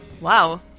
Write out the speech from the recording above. Wow